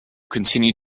continued